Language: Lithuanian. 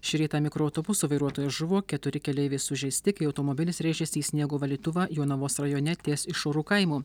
šį rytą mikroautobuso vairuotojas žuvo keturi keleiviai sužeisti kai automobilis rėžėsi į sniego valytuvą jonavos rajone ties išorų kaimu